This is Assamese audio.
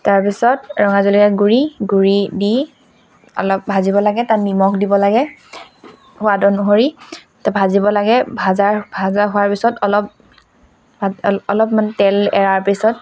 তাৰপিছত ৰঙা জলকীয়াৰ গুড়ি গুড়ি দি অলপ ভাজিব লাগে তাত নিমখ দিব লাগে সোৱাদ অনুসৰি তাত ভাজিব লাগে ভাজাৰ ভাজা হোৱাৰ পিছত অলপ অলপমান তেল এৰাৰ পিছত